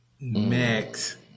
max